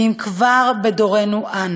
כי אם כבר בדורנו-שלנו,